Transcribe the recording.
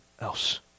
else